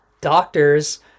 doctors